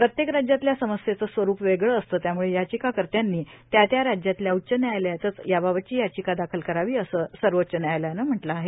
प्रत्येक राज्यातल्या समस्येचं स्वरुप वेगळं असतं त्याम्ळं याचिकाकर्त्यांनी त्या त्या राज्यातल्या उच्च न्यायालयातच याबाबतची याचिका दाखल करावी असं सर्वोच्च न्यायालयानं म्हटलं आहे